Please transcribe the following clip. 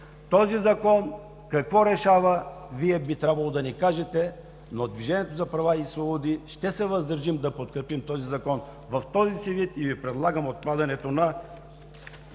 Този Закон какво решава – Вие би трябвало да ни кажете. Движението за права и свободи ще се въздържим да подкрепим този Закон в този му вид. И Ви предлагам още веднъж